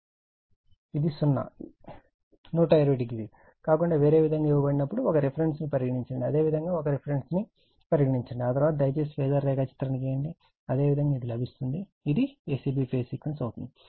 ఇది సున్నా 120 కాకుండా వేరే విధంగా ఇవ్వబడినప్పుడు ఒక రిఫరెన్స్ ను పరిగణించండి అదేవిధంగా ఒక రిఫరెన్స్ ను పరిగణించండి ఆ తర్వాత దయచేసి ఫేజార్ రేఖాచిత్రాన్ని గీయండి అదేవిధంగా ఇది లభిస్తుంది ఇది a c b phase sequence అవుతుంది